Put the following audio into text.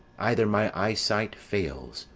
either my eyesight fails,